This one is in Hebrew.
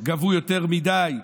גבו יותר מדי.